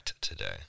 today